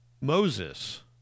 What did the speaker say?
Moses